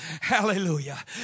hallelujah